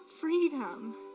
freedom